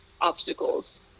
obstacles